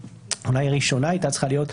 אולי ראשונה היא הייתה צריכה להיות,